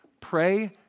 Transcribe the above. Pray